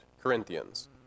Corinthians